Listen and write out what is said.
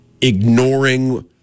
ignoring